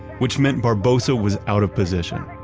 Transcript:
which meant barbosa was out of position,